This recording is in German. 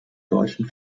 deutschen